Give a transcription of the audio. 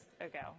ago